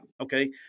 Okay